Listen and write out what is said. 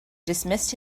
dismissed